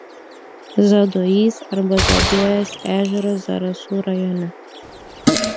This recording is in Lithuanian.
zaduojys arba zaduojas ežeras zarasų rajone